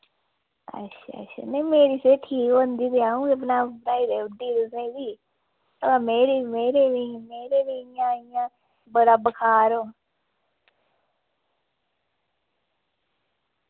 अच्छा अच्छा नेईं मेरी सेह्त ठीक होंदी ते आऊं गै बनाऊ बनाई देऊड़दी तुसें बी वा मेरे मेरी बी मेरे वी इय्यां इय्यां बड़ा बखार